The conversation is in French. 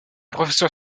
professeur